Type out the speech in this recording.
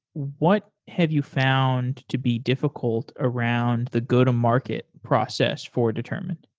what have you found to be difficult around the go to-market process for determined?